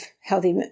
healthy